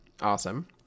Awesome